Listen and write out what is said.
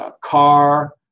car